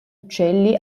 uccelli